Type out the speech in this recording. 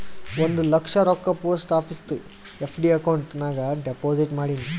ಒಂದ್ ಲಕ್ಷ ರೊಕ್ಕಾ post ಆಫೀಸ್ದು FD account ನಾಗ್ deposit ಮಾಡಿನ್